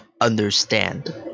understand